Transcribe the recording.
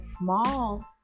small